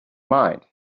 mind